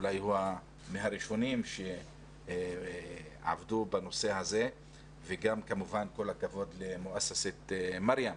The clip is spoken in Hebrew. אולי הוא מהראשונים שעבדו בנושא הזה וגם כמובן כל הכבוד לעמותת 'מרים',